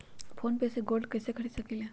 Phone पे से gold कईसे खरीद सकीले?